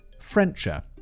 frencher